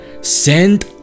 send